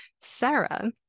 Sarah